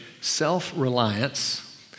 self-reliance